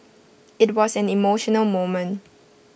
IT was an emotional moment